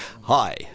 Hi